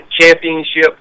Championship